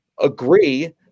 agree